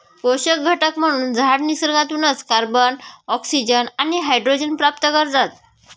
पोषक घटक म्हणून झाडं निसर्गातूनच कार्बन, ऑक्सिजन आणि हायड्रोजन प्राप्त करतात